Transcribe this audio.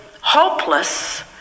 hopeless